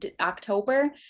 October